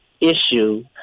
issue